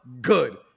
good